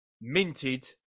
minted